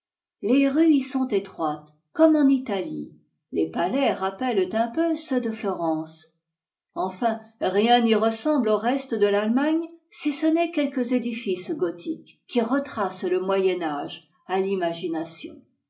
les rues y sont étroites comme en italie les palais rappellent un peu ceux de florence enfin rien n'y ressemble au reste de l'allemagne si ce n'est quelques édifices gothiques qui retracent le moyen âge à l'imagination